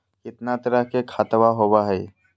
कितना तरह के खातवा होव हई?